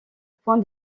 point